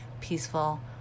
peaceful